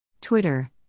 Twitter